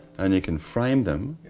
and can frame them.